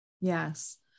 Yes